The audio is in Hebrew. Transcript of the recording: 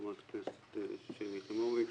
חברת הכנסת שלי יחימוביץ,